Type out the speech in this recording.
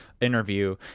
Interview